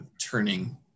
turning